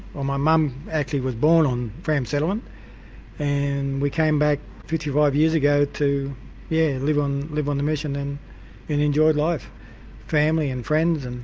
my mum actually was born on fram settlement and we came back fifty five years ago to yeah live on live on the mission and and enjoy life family and friends, and